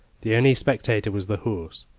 the only spectator was the horse,